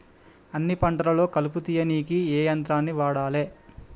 అన్ని పంటలలో కలుపు తీయనీకి ఏ యంత్రాన్ని వాడాలే?